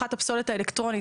ואחת היא הפסולת האלקטרונית.